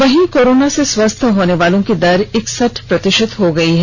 वहीं कोरोना से स्वस्थ होने वालों की दर इकसठ प्रतिशत हो गई है